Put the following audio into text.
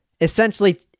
Essentially